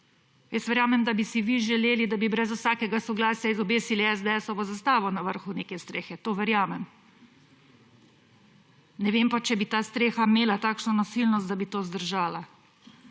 Jaz verjamem, da bi si vi želeli, da bi brez vsakega soglasja izobesili SDS zastavo na vrhu neke strehe, to verjamem, ne vem pa, če bi ta streha imela takšno nosilnost, da bi to zdržala.